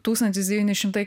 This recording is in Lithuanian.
tūkstantis devyni šimtai